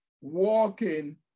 walking